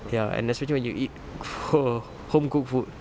ya and especially when you eat ho~ home cooked food